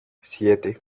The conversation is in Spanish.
siete